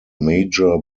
major